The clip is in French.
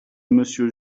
monsieur